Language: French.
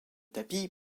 tapis